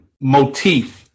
motif